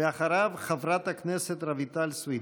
אחריו, חברת הכנסת רויטל סויד.